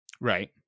Right